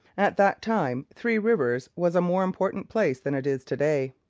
at that time three rivers was a more important place than it is to-day.